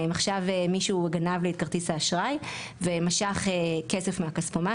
אם עכשיו מישהו גנב לי את כרטיס האשראי ומשך כסף מהכספומט